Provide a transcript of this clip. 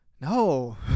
no